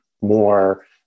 more